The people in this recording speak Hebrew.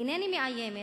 אינני מאיימת,